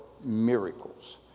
miracles